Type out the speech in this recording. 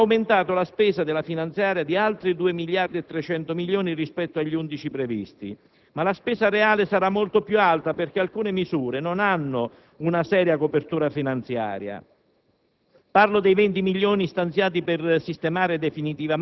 interni alla maggioranza e non certo quelli dello Stato, ha aumentato la spesa della finanziaria di altri 2 miliardi e 300 milioni rispetto agli 11 previsti. La spesa reale sarà molto più alta perché alcune misure non hanno una seria copertura finanziaria: